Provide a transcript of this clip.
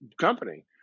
company